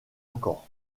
encore